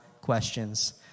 questions